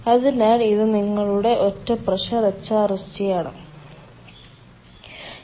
അതിനാൽ ഇത് നിങ്ങളുടെ ഒറ്റ പ്രഷർ HRSG ആണ്